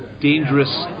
dangerous